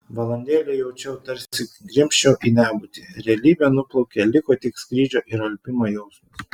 valandėlę jaučiau tarsi grimzčiau į nebūtį realybė nuplaukė liko tik skrydžio ir alpimo jausmas